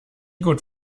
gut